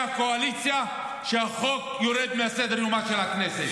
הקואליציה שהחוק יורד מסדר- יומה של הכנסת,